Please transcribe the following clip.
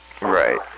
Right